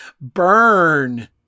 Burn